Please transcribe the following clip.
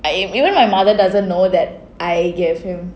I even my mother doesn't know that I give him